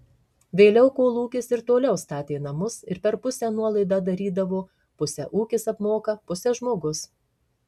vėliau kolūkis ir toliau statė namus ir per pusę nuolaidą darydavo pusę ūkis apmoka pusę žmogus